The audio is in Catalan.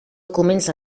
comença